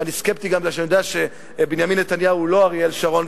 ואני סקפטי גם כי אני יודע שבנימין נתניהו הוא לא אריאל שרון,